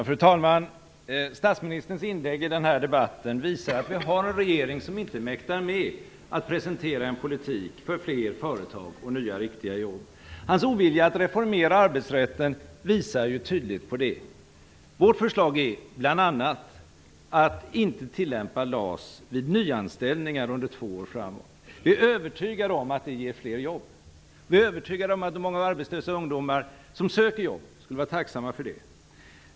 Fru talman! Statsministerns inlägg i den här debatten visar att vi har en regering som inte mäktar med att presentera en politik för fler företag och nya riktiga jobb. Hans ovilja att reformera arbetsrätten visar tydligt på det. Vårt förslag är bl.a. att inte tillämpa LAS vid nyanställningar under två år framåt. Vi är övertygade om att det ger fler jobb. Vi är övertygade om att de många arbetslösa ungdomar som söker jobb skulle vara tacksamma för det.